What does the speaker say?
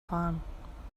fahren